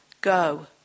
go